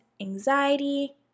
anxiety